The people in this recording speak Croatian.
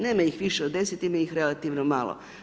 Nema ih više od 10, ima ih relativno malo.